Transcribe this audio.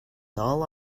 all